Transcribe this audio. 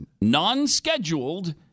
non-scheduled